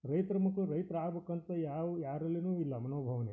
ರೈತ್ರ ಮಕ್ಕಳು ರೈತ್ರು ಆಗ್ಬೇಕಂತ ಯಾವ ಯಾರಲ್ಲಿಯೂ ಇಲ್ಲ ಮನೋಭಾವನೆ